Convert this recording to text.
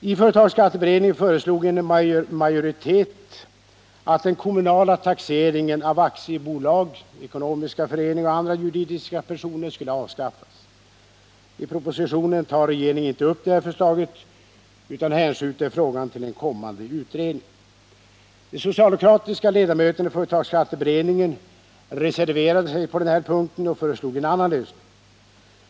I företagsskatteberedningen föreslogs av en majoritet att den kommunala taxeringen av aktiebolag, ekonomiska föreningar och andra juridiska personer skulle avskaffas. I propositionen tar regeringen inte upp detta förslag utan hänskjuter frågan till en kommande utredning. De socialdemokratiska ledamöterna i företagsskatteberedningen reserverade sig på den här punkten och föreslog en annan lösning.